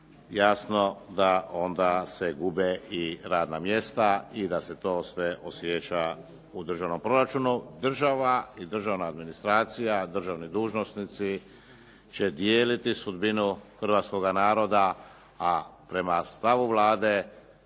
jasno da onda se gube i radna mjesta i da se to sve osjeća u državnom proračunu. Država i državna administracija, državni dužnosnici će dijeliti sudbinu hrvatskoga naroda a prema stavu Vlade